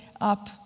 up